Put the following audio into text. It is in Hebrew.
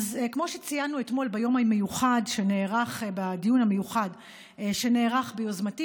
כמו שציינו אתמול בדיון המיוחד שנערך ביוזמתי